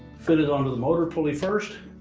fit it onto the motor pulley first